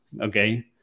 okay